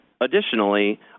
Additionally